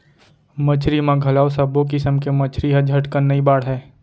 मछरी म घलौ सब्बो किसम के मछरी ह झटकन नइ बाढ़य